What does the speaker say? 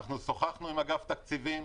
שוחחנו עם אגף תקציבים.